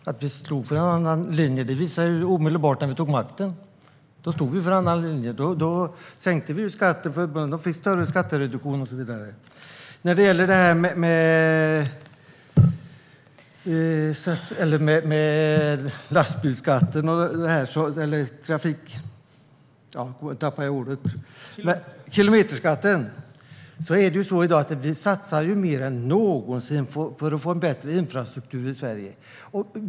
Fru talman! Att vi står för en annan linje visade vi omedelbart när vi tog makten. Då sänkte vi ju skatten och genomförde en större skattereduktion. När det gäller kilometerskatten satsar vi i dag mer än någonsin för att få en bättre infrastruktur i Sverige.